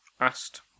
asked